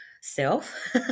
self